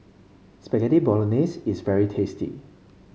Spaghetti Bolognese is very tasty